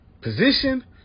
position